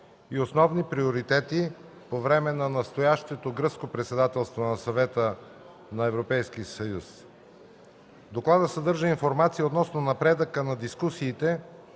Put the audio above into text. и основни приоритети по време на настоящото Гръцко председателство на Съвета на Европейския съюз. Докладът съдържа информация относно напредъка на дискусиите